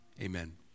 amen